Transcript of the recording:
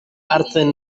hartzen